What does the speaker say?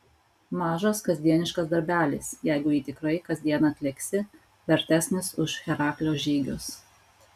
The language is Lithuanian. mažas kasdieniškas darbelis jeigu jį tikrai kasdien atliksi vertesnis už heraklio žygius